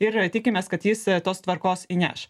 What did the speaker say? ir tikimės kad jis tos tvarkos įneš